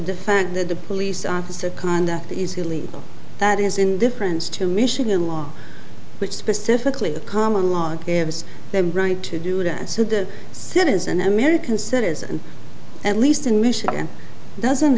the fact that the police officer conduct is illegal that is indifference to michigan law which specifically the common law gives them the right to do that so the citizen american citizen at least in michigan doesn't